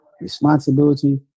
responsibility